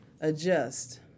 adjust